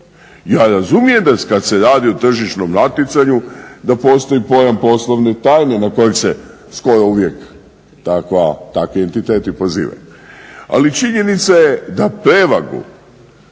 Ja razumijem kad se radi o tržišnom natjecanju da postoji pojam poslovne tajne na koju se skoro uvijek takvi etniteti pozivaju. Ali činjenica je da prevagu